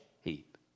heap